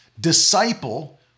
disciple